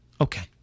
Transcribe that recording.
okay